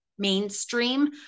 mainstream